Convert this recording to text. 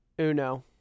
Uno